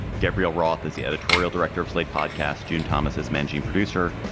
gabriel roth is the editorial director of slate podcast, june thomas as managing producer.